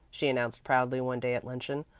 she announced proudly one day at luncheon.